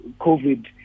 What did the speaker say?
COVID